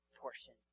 portion